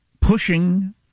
pushing